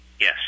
Yes